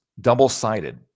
double-sided